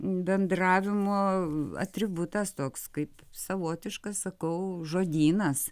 bendravimo atributas toks kaip savotiškas sakau žodynas